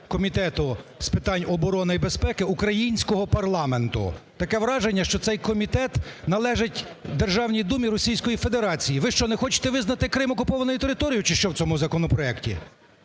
Комітету з питань оборони і безпеки українського парламенту. Таке враження, що цей комітет належить Державній Думі Російської Федерації. Ви що не хочете визнати Крим окупованою територією чи що, в цьому законопроекті?